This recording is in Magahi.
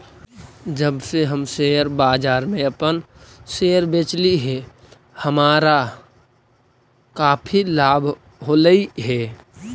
जब से हम शेयर बाजार में अपन शेयर बेचली हे हमारा काफी लाभ होलई हे